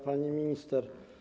Pani Minister!